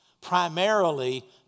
primarily